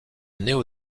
néo